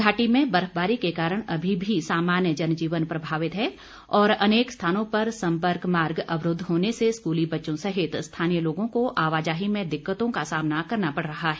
घाटी में बर्फबारी के कारण अभी भी सामान्य जनजीवन प्रभावित है और अनेक स्थानों पर सम्पर्क मार्ग अवरुद्ध होने से स्कूली बच्चों सहित स्थानीय लोगों को आवाजाही में दिक्कतों का सामना करना पड़ रहा है